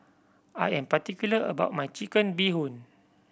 I am particular about my Chicken Bee Hoon